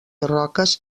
roques